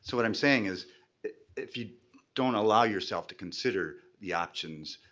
so what i'm saying is if you don't allow yourself to consider the options,